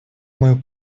мою